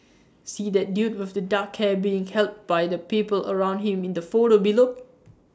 see that dude with the dark hair being helped by the people around him in the photo below